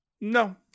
No